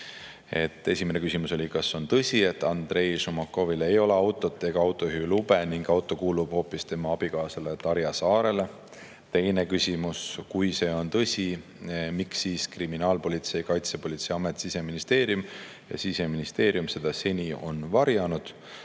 korraga. Esimene küsimus oli, kas on tõsi, et Andrei Šumakovil ei ole autot ega autojuhilube ning auto kuulub hoopis tema abikaasale Darja Saarele. Teine küsimus: kui see on tõsi, miks siis kriminaalpolitsei, Kaitsepolitseiamet, Siseministeerium ja siseminister seda seni on varjanud?